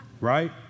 right